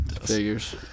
Figures